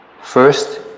first